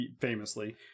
Famously